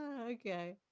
Okay